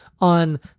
on